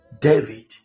David